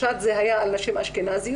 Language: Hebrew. זה היה על נשים אשכנזיות,